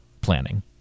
planning